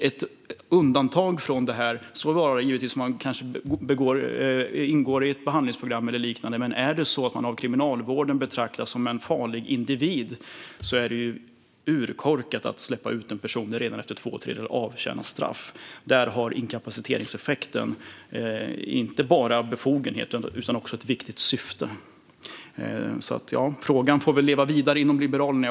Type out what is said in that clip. Ett undantag ska vara om man ingår i ett behandlingsprogram eller liknande, men om det är så att personen av kriminalvården betraktas som en farlig individ är det urkorkat att släppa ut personen redan efter att den har avtjänat två tredjedelar av straffet. Där är inkapaciteringseffekten inte bara en befogenhet utan också ett viktigt syfte. Frågan får väl leva vidare inom Liberalerna.